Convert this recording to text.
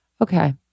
Okay